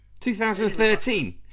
2013